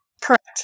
correct